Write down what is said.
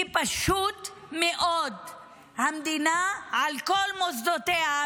כי פשוט מאוד המדינה על כל מוסדותיה,